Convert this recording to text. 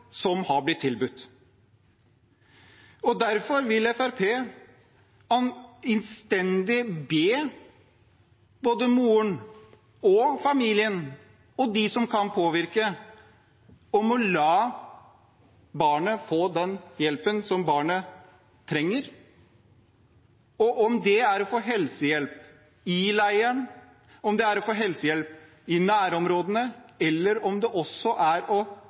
som har blitt tilbudt, og derfor vil Fremskrittspartiet innstendig be både moren, familien og de som kan påvirke, om å la barnet få den hjelpen barnet trenger. Om det er å få helsehjelp i leiren, å få helsehjelp i nærområdene eller å bli hentet til Norge, er Fremskrittspartiet åpen for det. Men Fremskrittspartiet er ikke åpen for å